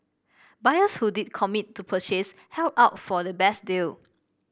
buyers who did commit to purchase held out for the best deal